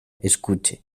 escuche